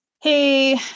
hey